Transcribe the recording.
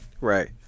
Right